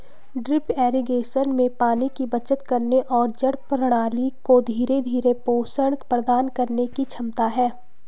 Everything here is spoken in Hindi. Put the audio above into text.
ड्रिप इरिगेशन में पानी की बचत करने और जड़ प्रणाली को धीरे धीरे पोषण प्रदान करने की क्षमता है